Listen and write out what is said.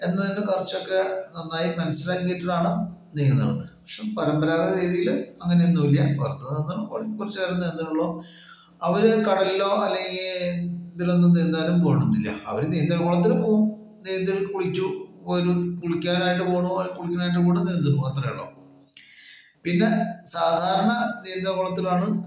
എന്ന് തന്നെ കുറച്ചൊക്കെ നന്നായി മനസ്സിലാക്കിയിട്ടാണ് നീന്തണത് പക്ഷെ പരമ്പരാഗത രീതിയില് അങ്ങനെയൊന്നുമില്ല ഓരോരുത്തർ കുറച്ച് നേരത്തേ നീന്തണൊള്ളൂ അവര് കടലിലോ അല്ലെങ്കിൽ ഇതിലൊന്നും നീന്താനും പോണൊന്നുമില്ല അവര് നീന്തൽ കുളത്തിൽ പോകും നീന്തി കുളിച്ചു വരും കുളിക്കാനായിട്ട് പോണ പോലെ കുളിക്കുന്നേൻ്റെ കൂട്ടത്തിൽ നീന്തും അത്രേ ഉള്ളൂ പിന്നെ സാധാരണ നീന്തൽ കുളത്തിലാണ്